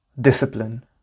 discipline